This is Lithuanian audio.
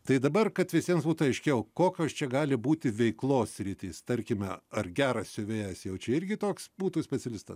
tai dabar kad visiems būtų aiškiau kokios čia gali būti veiklos sritys tarkime ar geras siuvėjas jau čia irgi toks būtų specialistas